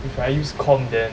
if I use computer then